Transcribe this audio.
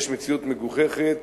יש מציאות מגוחכת